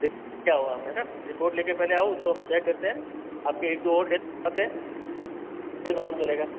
लेके आओ आप है न रिपोर्ट लेकर पहले आओ उसको हम चेक करते हैं आपके एक दो और टेस्ट फिर मालूम चलेगा